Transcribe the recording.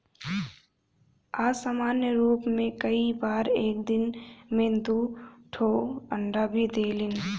असामान्य रूप में कई बार एक दिन में दू ठो अंडा भी देलिन